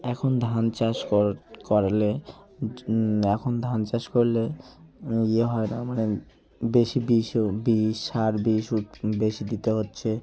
এখন ধান চাষ করলে এখন ধান চাষ করলে ইয়ে হয় না মানে বেশি বিষও বিষ সার বিষ উদ বেশি দিতে হচ্ছে